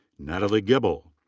natalie gibble.